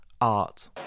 art